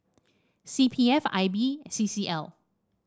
C P F I B C C L